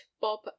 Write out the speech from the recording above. Bob